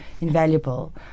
invaluable